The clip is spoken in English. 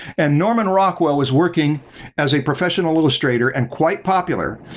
and norman rockwell was working as a professional illustrator and quite popular.